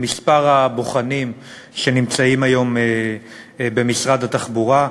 למספר הבוחנים שיש היום במשרד התחבורה.